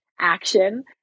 action